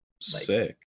Sick